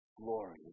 glory